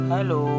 Hello